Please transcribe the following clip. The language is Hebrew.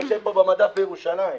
ויושבת פה במדף בירושלים.